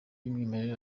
y’umwimerere